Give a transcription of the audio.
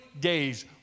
days